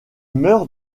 meurt